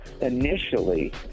Initially